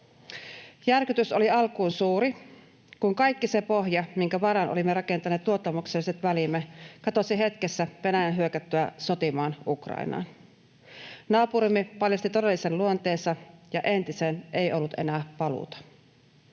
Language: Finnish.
Järkytys oli alkuun suuri, kun kaikki se pohja, minkä varaan olimme rakentaneet luottamukselliset välimme, katosi hetkessä Venäjän hyökättyä sotimaan Ukrainaan. Naapurimme paljasti todellisen luonteensa, ja entiseen ei ollut enää paluuta.